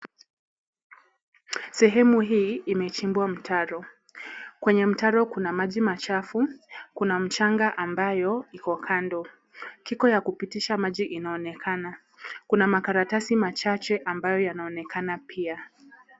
Sehemu hii imechimbua mtaro ,kwenye mtaro kuna maji machafu kuna mchanga ambayo iko kando, kiko ya kupitisha maji inaonekana kuna makaratasi machache ambayo yanaonekana pia.